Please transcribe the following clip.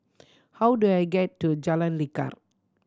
how do I get to Jalan Lekar